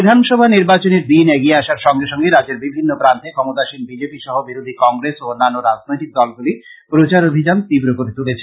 বিধানসভা নির্বাচনের দিন এগিয়ে আসার সংগে সংগে রাজ্যের বিভিন্ন প্রান্তে ক্ষমতাসীন বিজেপি সহ বিরোধী কংগ্রেস ও অন্যান্য রাজনৈতিক দলগুলি প্রচার অভিযান তীব্র করে তুলেছে